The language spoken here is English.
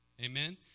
amen